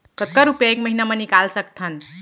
कतका रुपिया एक महीना म निकाल सकथन?